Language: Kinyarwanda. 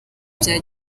bya